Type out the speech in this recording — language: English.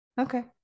okay